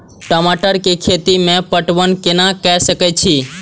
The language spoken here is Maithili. टमाटर कै खैती में पटवन कैना क सके छी?